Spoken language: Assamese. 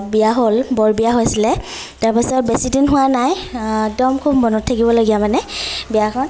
বিয়া হ'ল বৰবিয়া হৈছিলে তাৰ পাছত বেছিদিন হোৱা নাই একদম খুব মনত থাকিবলগীয়া মানে বিয়াখন